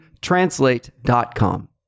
translate.com